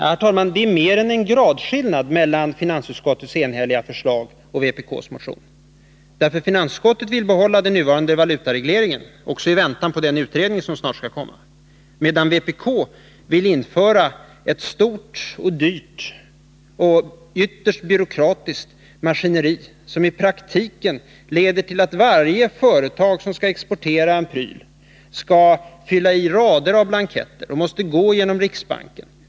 Herr talman! Det är mer än en gradskillnad mellan finansutskottets enhälliga förslag och vpk:s motion. Finansutskottet vill behålla den nuvarande valutaregleringen också i väntan på den utredning som skall komma, medan vpk vill införa ett stort, dyrt och byråkratiskt maskineri som i praktiken leder till att varje företag som skall exportera en pryl måste fylla i rader av blanketter och måste vända sig till riksbanken.